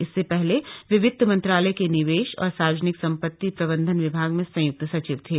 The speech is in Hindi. इससे पहले वे वित मंत्रालय के निवेश और सार्वजनिक संपति प्रबंधन विभाग में संयुक्त सचिव थे